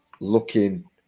looking